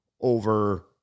over